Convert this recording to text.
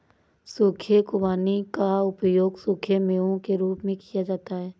सूखे खुबानी का उपयोग सूखे मेवों के रूप में किया जाता है